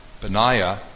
Benaiah